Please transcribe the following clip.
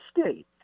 state